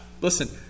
listen